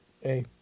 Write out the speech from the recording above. Hey